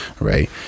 right